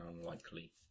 unlikely